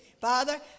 Father